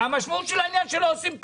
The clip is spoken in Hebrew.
-- המשמעות של העניין שלא עושים כלום.